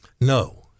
No